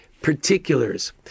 particulars